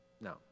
No